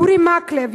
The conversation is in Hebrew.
אורי מקלב,